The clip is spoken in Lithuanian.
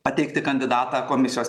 pateikti kandidatą komisijos